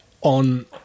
on